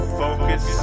focus